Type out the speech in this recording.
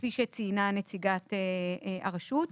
כפי שציינה נציגת הרשות,